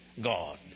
God